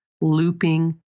looping